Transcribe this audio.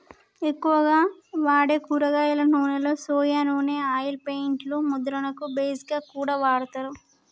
ఎక్కువగా వాడే కూరగాయల నూనెలో సొయా నూనె ఆయిల్ పెయింట్ లు ముద్రణకు బేస్ గా కూడా వాడతారు